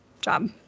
job